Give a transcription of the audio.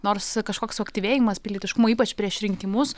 nors kažkoks suaktyvėjimas pilietiškumu ypač prieš rinkimus